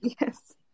Yes